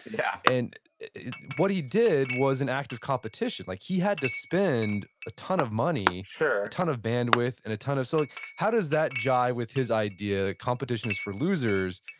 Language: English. yeah and what he did was an act of competition. like he had to spend a ton of money, a ton of bandwidth, and a ton of, so like how does that jibe with his idea competition is for losers,